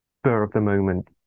spur-of-the-moment